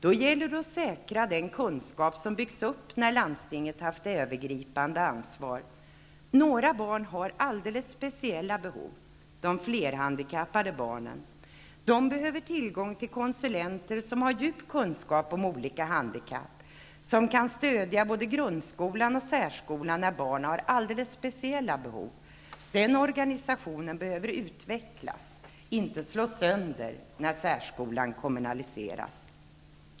Då gäller det att säkra den kunskap som byggts upp när landstingen haft ett övergripande ansvar. Några barn har alldeles speciella behov: de flerhandikappade barnen. De behöver tillgång till konsulenter som har djup kunskap om olika handikapp, som kan stödja både grundskolan och särskolan när barnen har alldeles speciella behov. Den organisationen behöver utvecklas -- inte slås sönder -- när särskolan kommunaliseras.